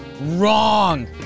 Wrong